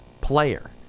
player